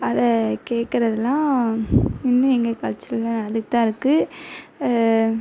அதை கேக்கிறதுலாம் இன்னும் எங்கள் கல்ச்சரில் நடந்துக்கிட்டு தான் இருக்குது